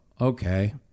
okay